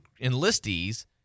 enlistees